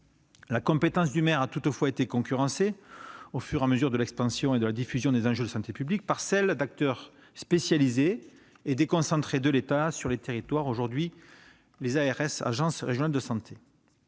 La compétence du maire a toutefois été concurrencée, au fur et à mesure de l'expansion et de la diffusion des enjeux de santé publique, par celle d'acteurs spécialisés et déconcentrés de l'État sur les territoires, aujourd'hui les agences régionales de santé.